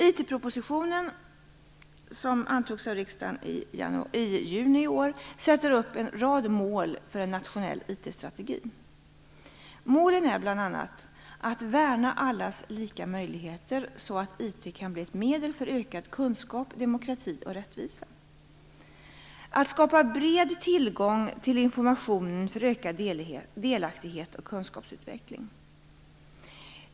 IT-propositionen som antogs av riksdagen i juni i år sätter upp en rad mål för en nationell IT-strategi. Målen är bl.a. - att värna allas lika möjligheter så att IT kan bli ett medel för ökad kunskap, demokrati och rättvisa, - att skapa bred tillgång till information för ökad delaktighet och kunskapsutveckling.